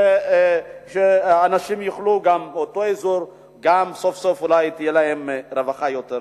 כדי שאנשים מאותו אזור יוכלו לזכות וסוף-סוף תהיה להם רווחה כלכלית,